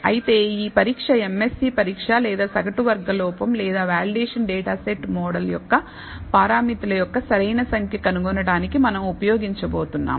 అయితే ఈ పరీక్ష MSE పరీక్ష లేదా సగటు వర్గం లోపం లేదా వాలిడేషన్ డేటా సెట్ మోడల్ యొక్క పారామితుల యొక్క సరైన సంఖ్య కనుగొనటానికి మనం ఉపయోగించబోతున్నాం